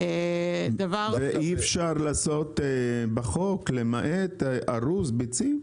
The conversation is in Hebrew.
אי אפשר לעשות בחוק למעט ארוז ביצים?